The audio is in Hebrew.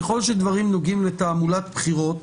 ככל שהדברים נוגעים לתעמולת בחירות,